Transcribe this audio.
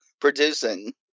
producing